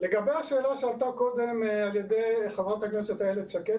לגבי השאלה שעלתה קודם על ידי חברת הכנסת שקד,